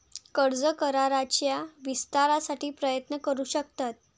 कर्ज कराराच्या विस्तारासाठी प्रयत्न करू शकतात